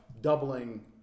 doubling